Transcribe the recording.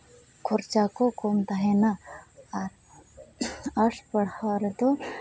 ᱠᱷᱚᱨᱪᱟ ᱠᱚ ᱠᱚᱢ ᱛᱟᱦᱮᱱᱟ ᱟᱨ ᱟᱨᱴᱥ ᱯᱟᱲᱦᱟᱣ ᱨᱮᱫᱚ